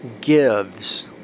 gives